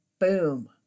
boom